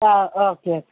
ആ ഓക്കെ